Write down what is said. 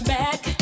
back